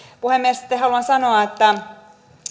puhemies sitten haluan sanoa että